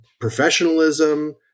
professionalism